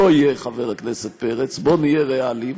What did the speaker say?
לא יהיה, חבר הכנסת פרץ, בוא נהיה ריאליים.